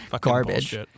Garbage